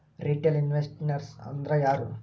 Retail investors ಅಂದ್ರಾ ಯಾರು?